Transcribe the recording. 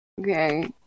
okay